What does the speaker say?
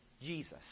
Jesus